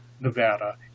Nevada